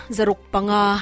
Zarukpanga